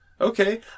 Okay